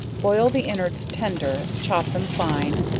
boil the inwards tender, chop them fine,